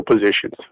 positions